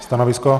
Stanovisko?